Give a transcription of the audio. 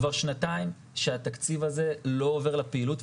כבר שנתיים שהתקציב הזה לא עובר לפעילות,